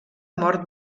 mort